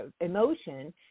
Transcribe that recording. emotion